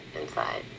inside